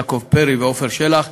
יעקב פרי ועפר שלח.